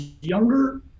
younger